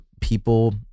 people